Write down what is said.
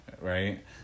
right